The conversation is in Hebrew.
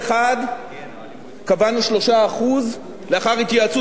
קבענו 3% לאחר התייעצות עם המון גורמים בין-לאומיים,